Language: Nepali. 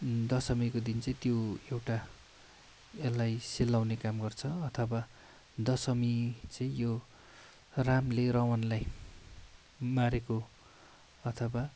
दशमीको दिन चाहिँ त्यो एउटा यसलाई सेलाउने काम गर्छ अथवा दशमी चाहिँ यो रामले रावणलाई मारेको अथवा